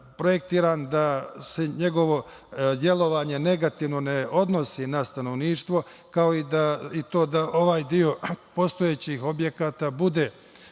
da se njegovo delovanje negativno ne odnosi na stanovništvo, kao i da ovaj deo postojećih objekata bude